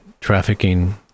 trafficking